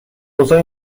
اوضاع